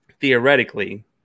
theoretically